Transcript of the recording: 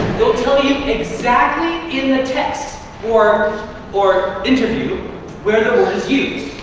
it'll tell you exactly in the text or or interview where the word is used.